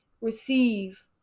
receive